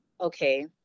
okay